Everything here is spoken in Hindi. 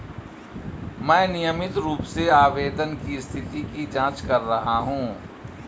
मैं नियमित रूप से आवेदन की स्थिति की जाँच कर रहा हूँ